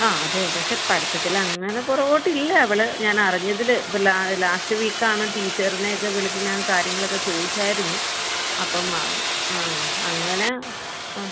ആ അത് പക്ഷേ പഠിത്തത്തിൽ അങ്ങനെ പുറകോട്ടില്ല അവൾ ഞാൻ അറിഞ്ഞതിൽ ഇപ്പം ലാസ്റ്റ് വീക്കാണ് ടീച്ചർനേയൊക്കെ വിളിച്ച് ഞാൻ കാര്യങ്ങളൊക്കെ ചോദിച്ചായിരുന്നു അപ്പം അത് ആ അങ്ങനെ ആ